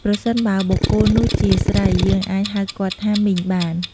ប្រសិនបើបុគ្គលនោះជាស្រី យើងអាចហៅគាត់ថា "មីង" បាន។